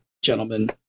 gentlemen